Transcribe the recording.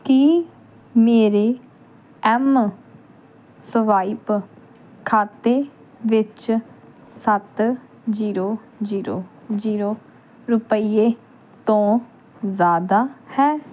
ਕੀ ਮੇਰੇ M swipe ਖਾਤੇ ਵਿੱਚ ਸੱਤ ਜ਼ੀਰੋ ਜ਼ੀਰੋ ਜ਼ੀਰੋ ਜ਼ੀਰੋ ਰੁਪਈਏ ਤੋਂ ਜ਼ਿਆਦਾ ਹੈ